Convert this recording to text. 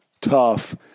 tough